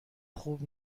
خوب